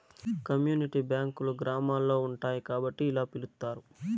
community బ్యాంకులు గ్రామాల్లో ఉంటాయి కాబట్టి ఇలా పిలుత్తారు